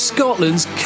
Scotland's